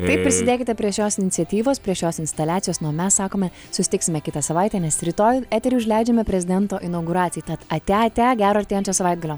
taip prisidėkite prie šios iniciatyvos prie šios instaliacijos na o mes sakome susitiksime kitą savaitę nes rytoj eterį užleidžiame prezidento inauguracijai tad ate ate gero artėjančio savaitgalio